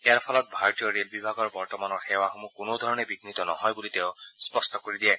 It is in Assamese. ইয়াৰ ফলত ভাৰতীয় ৰেল বিভাগৰ বৰ্তমানৰ সেৱাসমূহ কোনো ধৰণে বিঘ়িত নহয় বুলি তেওঁ স্পষ্ট কৰি দিয়ে